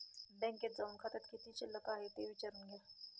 बँकेत जाऊन खात्यात किती शिल्लक आहे ते विचारून घ्या